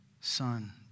son